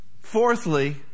Fourthly